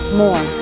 more